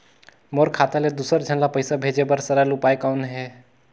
मोर खाता ले दुसर झन ल पईसा भेजे बर सरल उपाय कौन हे?